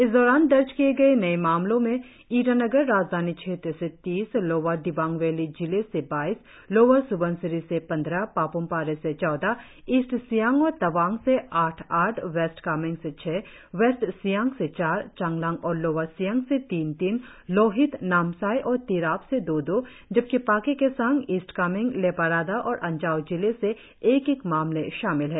इस दौरान दर्ज किए गए नए मामलों में ईटानगर राजधानी क्षेत्र से तीस लोअर दिबांग वैली जिले से बाईस लोअर स्बनसिरी से पंद्रह पाप्म पारे से चौदह ईस्ट सियांग और तवांग से आठ आठ वेस्ट कामेंग से छह वेस्ट सियांग से चार चांगलांग और लोअर सियांग से तीन तीन लोहित नामसाई और तिराप से दो दो जबकि पाक्के केसांग ईस्ट कामेंग लेपारादा और अंजाव जिले से एक एक मामले शामिल है